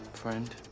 friend?